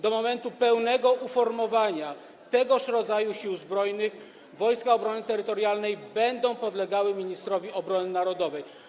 Do momentu pełnego uformowania tegoż rodzaju Sił Zbrojnych Wojska Obrony Terytorialnej będą podlegały ministrowi obrony narodowej.